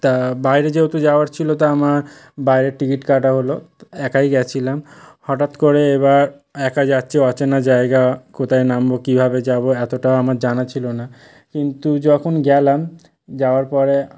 তা বাইরে যেহেতু যাওয়ার ছিল তা আমার বাইরের টিকিট কাটা হলো একাই গিয়েছিলাম হঠাৎ করে এবার একা যাচ্ছি অচেনা জায়গা কোথায় নামব কীভাবে যাব এতটা আমার জানা ছিল না কিন্তু যখন গেলাম যাওয়ার পরে